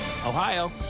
Ohio